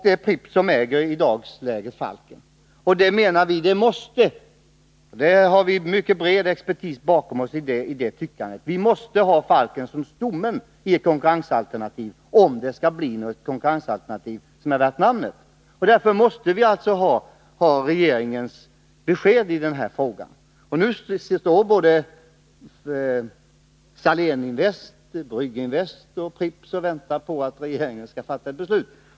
Det är i dagsläget Pripps som äger Falken. Vi menar — och vi har en mycket bred expertis bakom oss i denna uppfattning — att vi måste ha Falken som stomme i ett konkurrensalternativ, om det skall bli något konkurrensalternativ som är värt namnet. Därför måste vi få regeringens besked i den här frågan. Nu står både Saléninvest, Brygginvest och Pripps och väntar på att regeringen skall fatta ett beslut.